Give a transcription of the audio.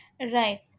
Right